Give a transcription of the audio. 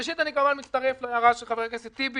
ראשית, אני כמובן מצטרף להערה של חבר הכנסת טיבי.